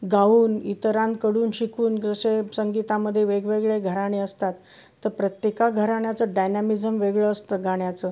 गाऊन इतरांकडून शिकून जसे संगीतामध्ये वेगवेगळे घराणे असतात तर प्रत्येक घराण्याचं डायनॅमिजम वेगळं असतं गाण्याचं